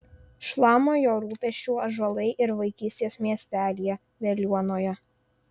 šlama jo rūpesčiu ąžuolai ir vaikystės miestelyje veliuonoje